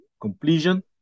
completion